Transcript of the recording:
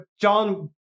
john